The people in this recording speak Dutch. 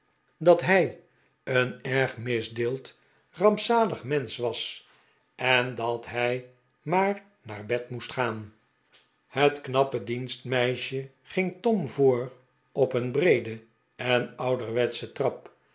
dat hij een erg misdeeld rampzalig een merkwaardig meubelstuk mensch was en dat hij maar naar bed moest gaan het knappe dienstmeisje ging tom voor op een breede en ouderwetsche trap